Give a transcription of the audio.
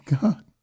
God